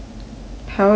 how they dance